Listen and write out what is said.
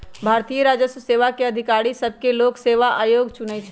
भारतीय राजस्व सेवा के अधिकारि सभके लोक सेवा आयोग चुनइ छइ